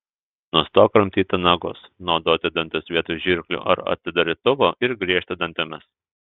nustok kramtyti nagus naudoti dantis vietoj žirklių ar atidarytuvo ir griežti dantimis